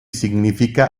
significa